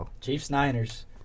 Chiefs-Niners